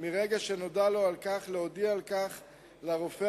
מרגע שנודע לו על כך להודיע על כך לרופא